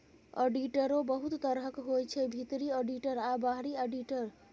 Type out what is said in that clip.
आडिटरो बहुत तरहक होइ छै भीतरी आडिटर आ बाहरी आडिटर